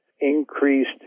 increased